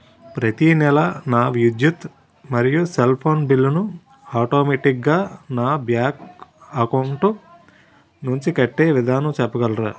ప్రతి నెల నా విద్యుత్ మరియు సెల్ ఫోన్ బిల్లు ను ఆటోమేటిక్ గా నా బ్యాంక్ అకౌంట్ నుంచి కట్టే విధానం చెప్పగలరా?